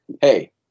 Hey